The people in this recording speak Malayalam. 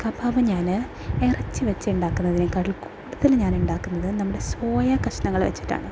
കബാബ് ഞാൻ ഇറച്ചി വെച്ചുണ്ടാക്കുന്നതിനേക്കാളും കൂടുതൽ ഞാനുണ്ടാക്കുന്നത് നമ്മുടെ സോയ കഷ്ണങ്ങൾ വെച്ചിട്ടാണ്